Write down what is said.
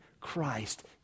Christ